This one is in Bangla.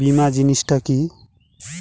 বীমা জিনিস টা কি?